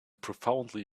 profoundly